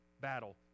battle